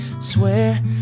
Swear